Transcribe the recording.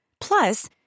Plus